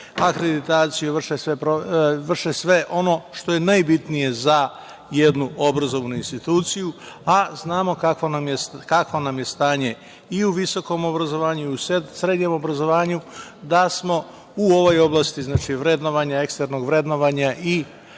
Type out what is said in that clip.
akreditaciju, da vrše sve ono što je najbitnije za jednu obrazovnu instituciju, a znamo kakvo nam je stanje i u visokom obrazovanju i srednjem obrazovanju, da smo u ovoj oblasti, znači, vrednovanja i eksternog verovanja i